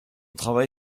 travail